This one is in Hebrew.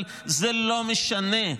אבל זה לא משנה.